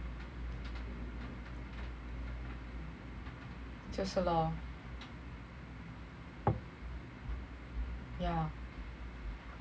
就是 lor